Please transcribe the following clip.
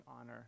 honor